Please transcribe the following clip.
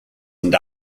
and